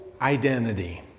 identity